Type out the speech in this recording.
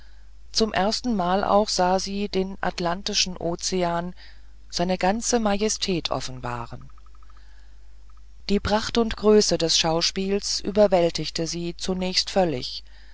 zum erstenmal auch sah sie den atlantischen ozean seine ganze majestät offenbaren die pracht und größe des schauspiels überwältigte sie zunächst völlig